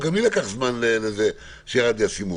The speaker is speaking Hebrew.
גם לי לקח זמן עד שירד לי האסימון.